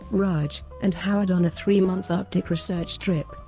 raj, and howard on a three-month arctic research trip,